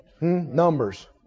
Numbers